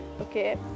Okay